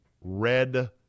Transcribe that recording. red